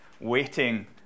waiting